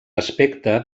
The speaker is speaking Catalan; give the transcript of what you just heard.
aspecte